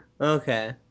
Okay